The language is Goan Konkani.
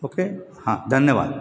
ओके हां धन्यवाद